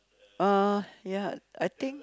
uh ya I think